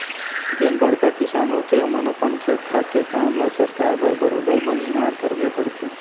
जेन बड़का किसान होथे ओमन अपन खेत खार के काम ल सरकाय बर बरोबर बनिहार करबे करथे